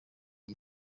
iki